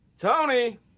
Tony